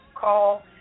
call